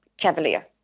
Cavalier